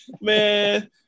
Man